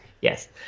yes